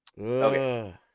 Okay